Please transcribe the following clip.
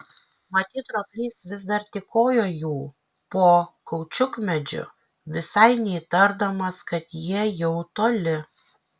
matyt roplys vis dar tykojo jų po kaučiukmedžiu visai neįtardamas kad jie jau toli